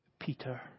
Peter